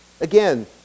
again